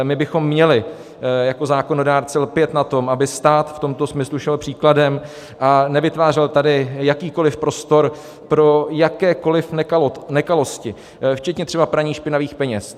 My bychom měli jako zákonodárci lpět na tom, aby stát v tomto smyslu šel příkladem a nevytvářel tady jakýkoli prostor pro jakékoli nekalosti, včetně třeba praní špinavých peněz.